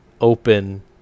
open